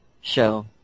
show